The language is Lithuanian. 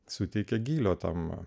suteikia gylio temą